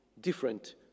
different